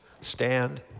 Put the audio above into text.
stand